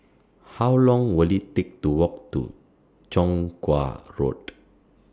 How Long Will IT Take to Walk to Chong Kuo Road